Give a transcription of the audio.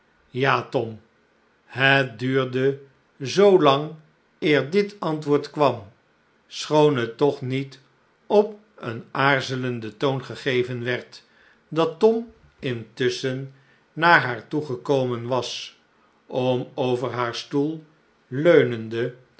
ja tom het duurde zoolang eer dit antwoord kwam schoon het toch niet op een aarzelenden toon gegeven werd dat tom intusschen naar haar toe gekomen was om over haar stoel leunende